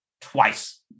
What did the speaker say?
twice